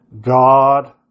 God